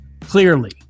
clearly